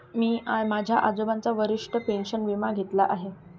मी माझ्या आजोबांचा वशिष्ठ पेन्शन विमा घेतला आहे